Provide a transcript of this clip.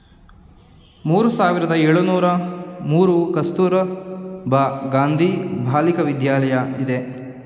ಮೂರು ಸಾವಿರದ ಏಳುನೂರು ಮೂರು ಕಸ್ತೂರಬಾ ಗಾಂಧಿ ಬಾಲಿಕ ವಿದ್ಯಾಲಯ ಇದೆ